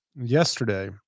yesterday